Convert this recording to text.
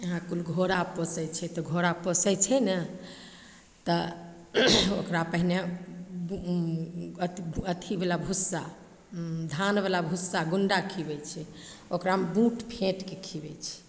यहाँ कुल घोड़ा पोसैत छै तऽ घोड़ा पोसैत छै ने तऽ ओकरा पहिने अथि बला भुस्सा धान बला भुस्सा गुंडा खिबैत छै ओकरामे बूट फेँट कऽ खिबैत छै